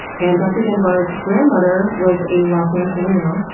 and dr. dunbar's grandmother was a los angelino,